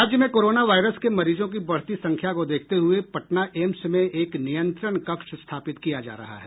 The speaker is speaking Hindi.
राज्य में कोरोना वायरस के मरीजों की बढ़ती संख्या को देखते हुये पटना एम्स में एक नियंत्रण कक्ष स्थापित किया जा रहा है